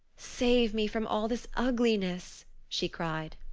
save me from all this ugliness, she cried.